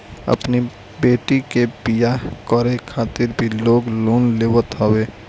अपनी बेटी के बियाह करे खातिर भी लोग लोन लेत हवे